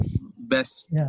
best